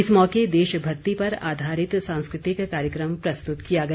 इस मौके देश भक्ति पर आधारित सांस्कृतिक कार्यक्रम प्रस्तुत किया गया